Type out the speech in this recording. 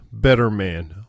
BETTERMAN